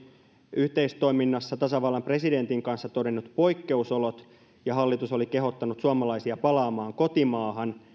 yhteistoiminnassa tasavallan presidentin kanssa todennut poikkeusolot ja hallitus oli kehottanut suomalaisia palaamaan kotimaahan